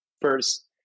First